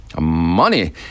money